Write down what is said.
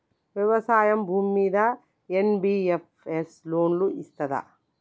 వ్యవసాయం భూమ్మీద NBFS loan ఇస్తదా?